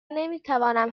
نمیتوانم